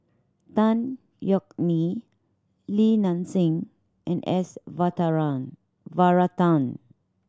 Tan Yeok Nee Li Nanxing and S Varathan